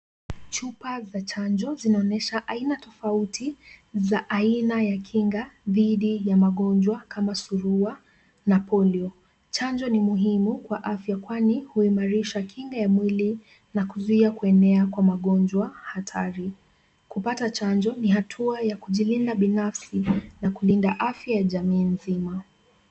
chupa za chanjo zinaonyesha aina tofauti za aina ya kinga dhidi ya magonjwa kama surua na polio. Chanjo ni muhimu kwa afya kwani huimarisha kinga ya mwili na kuzuia kuenea kwa magonjwa hatari. Kupata chanjo ni hatua ya kujilinda binafsi na kulinda afya ya jamii nzima.